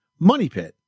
MONEYPIT